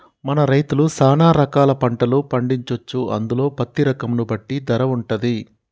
మన రైతులు సాన రకాల పంటలు పండించొచ్చు అందులో పత్తి రకం ను బట్టి ధర వుంటది